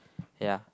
ya